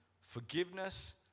forgiveness